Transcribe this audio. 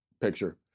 picture